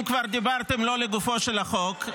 אם כבר דיברתם לא לגופו של החוק,